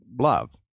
love